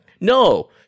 No